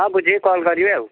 ହଁ ବୁଝିକି କଲ୍ କରିବେ ଆଉ